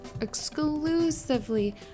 exclusively